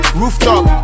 rooftop